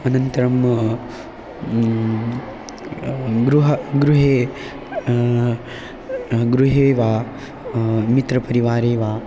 अनन्तरं गृहं गृहे गृहे वा मित्रपरिवारे वा